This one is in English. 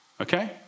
Okay